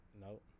No